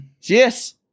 Yes